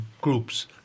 groups